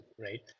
right